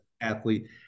athlete